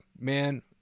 man